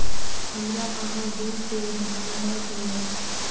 हमरा अहाँ दू सेर धान दअ दिअ